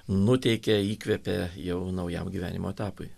nuteikia įkvepia jau naujam gyvenimo etapui